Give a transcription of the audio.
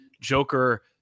Joker